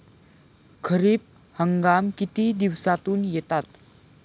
खरीप हंगाम किती दिवसातून येतात?